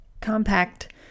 Compact